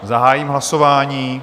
Zahájím hlasování...